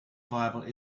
viable